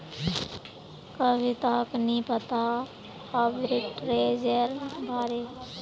कविताक नी पता आर्बिट्रेजेर बारे